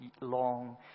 long